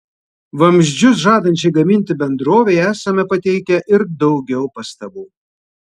vamzdžius žadančiai gaminti bendrovei esame pateikę ir daugiau pastabų